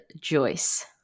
Joyce